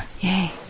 Yay